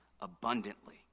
abundantly